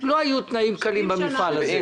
לא היו תנאים קלים במפעל הזה.